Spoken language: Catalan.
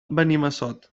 benimassot